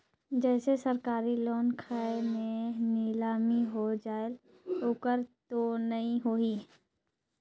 जैसे सरकारी लोन खाय मे नीलामी हो जायेल ओकर तो नइ होही?